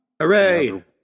Hooray